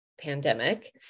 pandemic